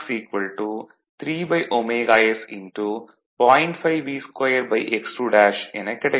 5V2x2 எனக் கிடைக்கும்